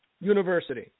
University